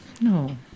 No